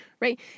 right